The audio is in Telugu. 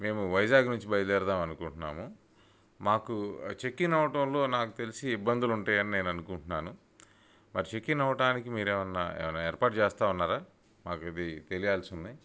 మేము వైజాగ్ నుంచి బయల్దేర్దాం అనుకుంట్నాము మాకు చెక్ ఇన్ అవ్వటంలో నాకు తెలిసి ఇబ్బందులుంటాయని నేను అనుకుంట్నాను మరి చెక్ ఇన్ అవ్వటానికి మీరేమన్నా ఏమన్నా ఏర్పాటు చేస్తా ఉన్నారా మాకు ఇది తెలియాల్సుంది